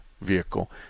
vehicle